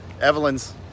evelyn's